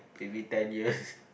maybe ten years